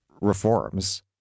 reforms